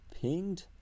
pinged